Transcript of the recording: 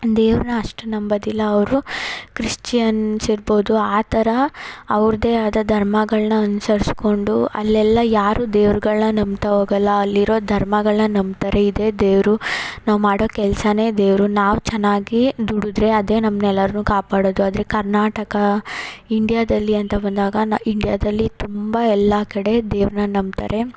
ದೇವ್ರನ್ನ ಅಷ್ಟು ನಂಬೋದಿಲ್ಲ ಅವರು ಕ್ರಿಶ್ಚಿಯನ್ಸ್ ಇರ್ಬೋದು ಆ ಥರ ಅವ್ರದ್ದೇ ಆದ ಧರ್ಮಗಳನ್ನ ಅನುಸರ್ಸ್ಕೊಂಡು ಅಲ್ಲೆಲ್ಲ ಯಾರು ದೇವ್ರುಗಳ್ನ ನಂಬ್ತಾ ಹೋಗಲ್ಲಾ ಅಲ್ಲಿರೋ ಧರ್ಮಗಳನ್ನ ನಂಬ್ತಾರೆ ಇದೇ ದೇವರು ನಾವು ಮಾಡೋ ಕೆಲ್ಸವೇ ದೇವರು ನಾವು ಚೆನ್ನಾಗಿ ದುಡಿದ್ರೆ ಅದೇ ನಮ್ನ ಎಲ್ಲರನ್ನೂ ಕಾಪಾಡೋದು ಆದರೆ ಕರ್ನಾಟಕ ಇಂಡಿಯಾದಲ್ಲಿ ಅಂತ ಬಂದಾಗ ನ್ ಇಂಡಿಯಾದಲ್ಲಿ ತುಂಬ ಎಲ್ಲ ಕಡೆ ದೇವ್ರನ್ನ ನಂಬ್ತಾರೆ